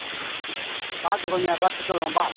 பார்த்து கொஞ்சம் கொறைச்சு சொல்லுங்கப்பா